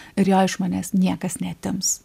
ir jo iš manęs niekas neatims